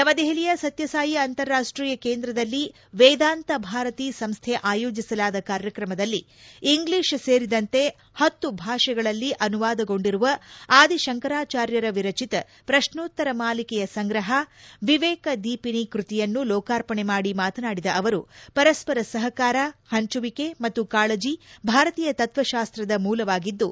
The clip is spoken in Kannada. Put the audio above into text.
ನವದೆಹಲಿಯ ಸತ್ಯ ಸಾಯಿ ಅಂತಾರಾಷ್ಟೀಯ ಕೇಂದ್ರದಲ್ಲಿ ವೇದಾಂತ ಭಾರತಿ ಸಂಸ್ಥೆ ಆಯೋಜಿಸಲಾದ ಕಾರ್ಯಕ್ರಮದಲ್ಲಿ ಇಂಗ್ಲಿಷ್ ಸೇರಿದಂತೆ ಪತ್ತು ಭಾಷೆಗಳಲ್ಲಿ ಅನುವಾದಗೊಂಡಿರುವ ಆದಿಶಂಕರಾಚಾರ್ಯ ವಿರಚಿತ ಪ್ರಶ್ನೋತ್ತರ ಮಾಲಿಕೆಯ ಸಂಗ್ರಹ ವಿವೇಕದೀಪಿನಿ ಕೃತಿಯನ್ನು ಲೋಕಾರ್ಪಣೆ ಮಾಡಿ ಮಾತನಾಡಿದ ಅವರು ಪರಸ್ಪರ ಸಹಕಾರ ಹಂಚುವಿಕೆ ಮತ್ತು ಕಾಳಜಿ ಭಾರತೀಯ ತತ್ವಶಾಸ್ತ್ರದ ಮೂಲವಾಗಿದ್ದು